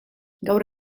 gaur